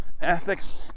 ethics